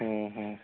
ହୁଁ ହୁଁ